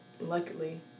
luckily